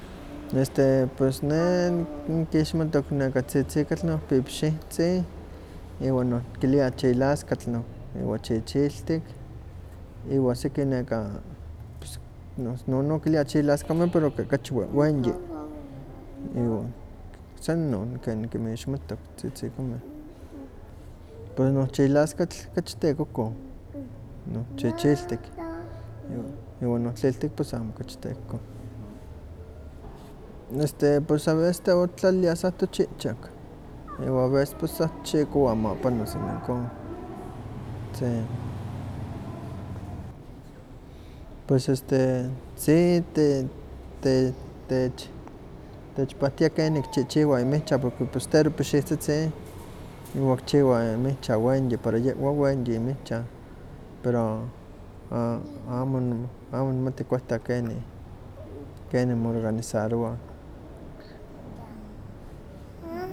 Este pues ne nikixmatok tzitzikatl noh pipixihtzin iwa nohtikilia chilaskatl no iwa chichiltik iwa siki neka ps neka nokilia chilaskameh pero kachi wehwenyi, iwa san inon ke nikinmixmatok tzitzikameh. Pues no chilaskatl kachi tekokoh, inon chichiltik, iwan non tliltik pues amo kachi tekokoh. Este pues a veces tehwa sa otitlalilia sa tochikchak, iwa a veces sa tikxikowah ma pano san ihkon, sí. Pues este sí te- te- tech- techpaktia ken kichihchiwa inmihchan porque pues tero pixihtzitzin iwan kichiwah inihcha wenyi, para yehwan wenyi inmihchan, pero amo amo nihmati kuehta keni, keni mo organizarowa.